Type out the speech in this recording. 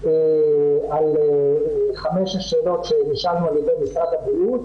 על חמש השאלות שנשאלנו על ידי משרד הבריאות,